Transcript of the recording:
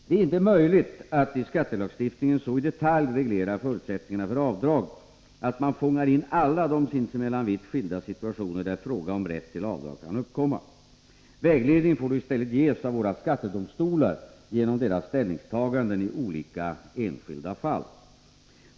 Det är inte möjligt att i skattelagstiftningen så i detalj reglera förutsättningarna för avdrag att man fångar in alla de sinsemellan vitt skilda situationer där fråga om rätt till avdrag kan uppkomma. Vägledning får då i stället ges av våra skattedomstolar genom deras ställningstaganden i olika enskilda fall.